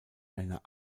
eine